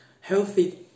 healthy